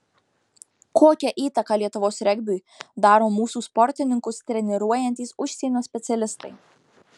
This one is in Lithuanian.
kokią įtaką lietuvos regbiui daro mūsų sportininkus treniruojantys užsienio specialistai